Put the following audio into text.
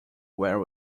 where